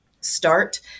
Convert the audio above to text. start